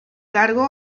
cargo